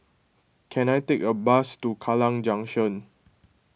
can I take a bus to Kallang Junction